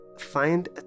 Find